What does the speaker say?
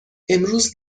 امروز